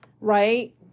right